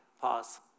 pause